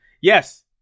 Yes